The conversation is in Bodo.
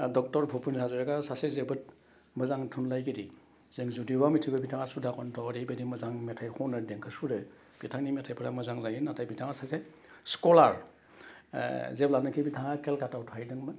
डक्टर भुपेन हाज'रिखाया सासे जोबोद मोजां थुनलाइगिरि जों जुदिअ' मोथिगौ बिथाङा सुदागन्त ओरैबायदि मोजां मेथाइ खनो देंखो सुरो बिथांनि मेथाइफोरा मोजां जायो नाथाय बिथाङा सासे स्कलार जेब्लानाखि बिथाङा केलकाटायाव थाहैदोंमोन